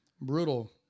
brutal